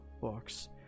books